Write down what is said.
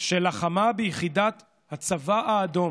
על שלחמה ביחידת הצבא האדום,